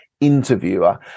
interviewer